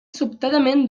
sobtadament